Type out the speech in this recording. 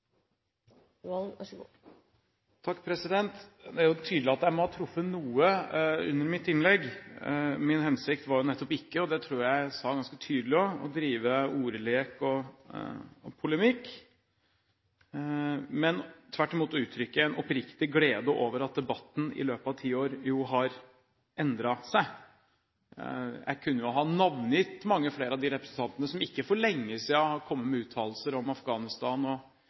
vellykket og så sikker som mulig. Det er tydelig at jeg må ha truffet noe under mitt innlegg. Min hensikt var nettopp ikke – og det tror jeg at jeg sa ganske tydelig – å drive ordlek og polemikk, men tvert imot å uttrykke en oppriktig glede over at debatten i løpet av ti år har endret seg. Jeg kunne ha navngitt mange flere av de representantene som for ikke lenge siden har kommet med uttalelser om Afghanistan og